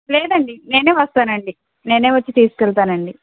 లేదండి నేనే వస్తానండి నేనే వచ్చి తీసుకెళ్తానండి